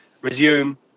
resume